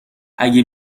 اگه